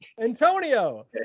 Antonio